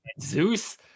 Zeus